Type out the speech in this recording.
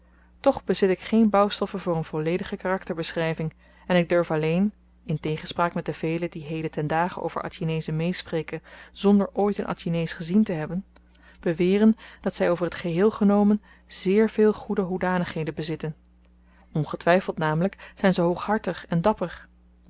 toch bezit ik geen bouwstoffen voor n volledige karakterbeschryving en ik durf alleen in tegenspraak met de velen die heden ten dage over atjinezen meespreken zonder ooit n atjinees gezien te hebben beweren dat zy over t geheel genomen zeer veel goede hoedanigheden bezitten ongetwyfeld namelyk zyn ze hooghartig en dapper